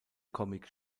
comic